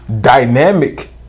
Dynamic